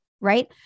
Right